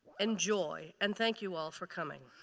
enjoy. and thank you all for coming.